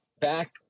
back